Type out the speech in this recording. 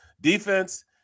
Defense